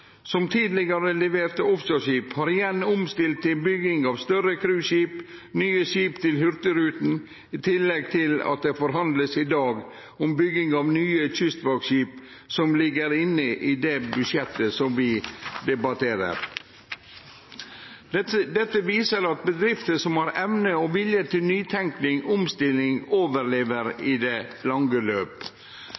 som tidlegare leverte offshoreskip, har igjen omstilt seg til å byggje større cruiseskip og nye skip til Hurtigruten, i tillegg til at det i dag vert forhandla om bygging av nye kystvaktskip, som ligg inne i det budsjettet som vi debatterer. Dette viser at bedrifter som har evne og vilje til nytenking og omstilling, overlever